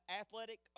athletic